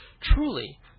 truly